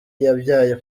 yabyaye